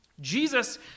Jesus